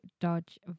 Dodge